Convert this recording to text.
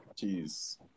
Jeez